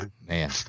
Man